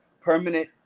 permanent